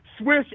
Swish